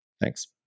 thanks